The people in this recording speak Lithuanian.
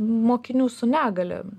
mokinių su negalia